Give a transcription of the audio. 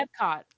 Epcot